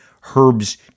Herb's